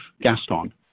Gaston